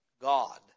God